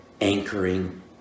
anchoring